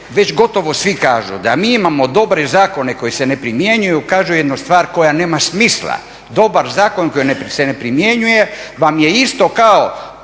već gotovo svi kažu da mi imamo dobre zakone koji se ne primjenjuju, kažu jednu stvar koja nema smisla. Dobar zakon koji se ne primjenjuje vam je isto kao